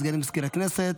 הודעה לסגנית מזכיר הכנסת.